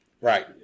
Right